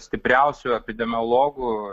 stipriausių epidemiologų